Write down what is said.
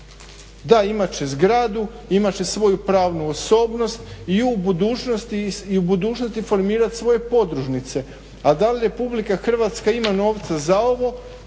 Da, imat će zgradu, imat će svoju pravnu osobnost i u budućnosti formirati svoje podružnice. A da li RH ima novaca za ovo?